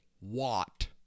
Watt